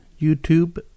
YouTube